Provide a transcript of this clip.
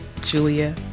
Julia